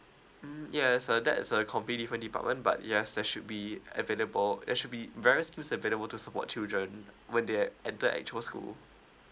mm yes uh that's a completely different department but yes there should be available there should be very loose available to support children when they enter actual school